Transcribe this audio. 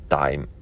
time